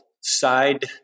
side